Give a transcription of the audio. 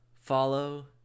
follow